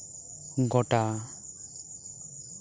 ᱜᱳᱴᱟ